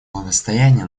благосостояние